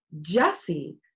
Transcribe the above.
Jesse